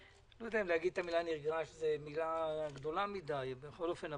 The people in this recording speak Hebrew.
המילה "נרגש" גדולה מדי בכל אופן,